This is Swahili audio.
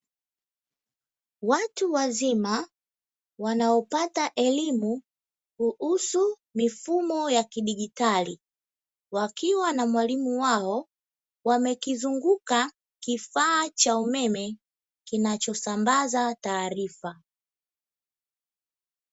Watu wazima wanaopata elimu kuhusu mifumo ya kidigitali wakiwa na mwalimu wao, wamekizunguka kifaa cha umeme kinachosambaza taarifa.